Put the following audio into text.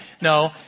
No